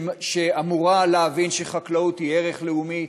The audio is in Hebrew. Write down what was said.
שאמורה להבין שחקלאות היא ערך לאומי,